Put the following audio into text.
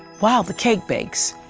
while the cake bakes,